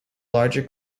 larger